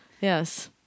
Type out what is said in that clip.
yes